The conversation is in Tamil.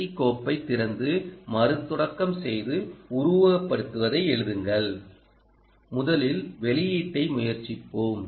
சி கோப்பை திறந்து மறுதொடக்கம் செய்து உருவகப்படுத்துவதை எழுதுங்கள் முதலில் வெளியீட்டை முயற்சிப்போம்